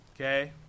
okay